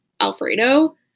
alfredo